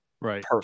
right